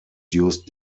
used